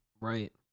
right